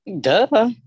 duh